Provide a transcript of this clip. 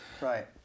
right